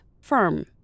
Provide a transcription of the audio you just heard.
firm